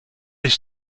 ich